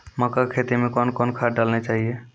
मक्का के खेती मे कौन कौन खाद डालने चाहिए?